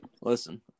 listen